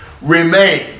remain